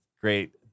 great